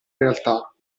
realtà